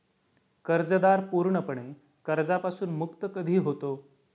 कर्जदार पूर्णपणे कर्जापासून मुक्त कधी होतो?